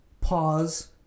pause